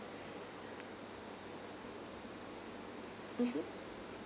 mmhmm